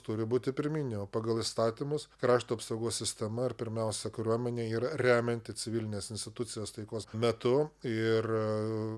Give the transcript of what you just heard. turi būti pirminė o pagal įstatymus krašto apsaugos sistema ar pirmiausia kariuomenė yra remianti civilines institucijas taikos metu ir